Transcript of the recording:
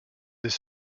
des